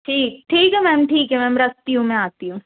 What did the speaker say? ठीक ठीक है मैम ठीक है मैम रखती हूँ मैं आती हूँ